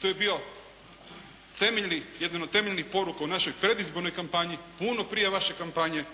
To je bio temeljni, jedan od temeljnih poruka u našoj predizbornoj kampanji, puno prije vaše kampanje.